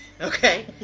Okay